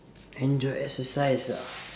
enjoy exercise ah